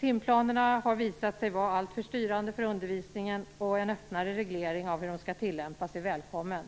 Timplanerna har visat sig vara alltför styrande för undervisningen, och en öppnare reglering av hur de skall tillämpas är välkommen.